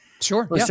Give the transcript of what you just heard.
Sure